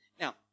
Now